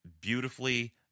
beautifully